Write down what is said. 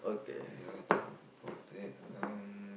ya I think for that um